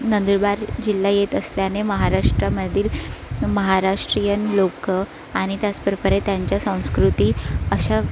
नंदुरबार जिल्हा येत असल्याने महाराष्ट्रामधील महाराष्ट्रीयन लोकं आणि त्याचप्रकारे त्यांच्या संस्कृती अशा